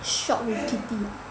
shop with Kitty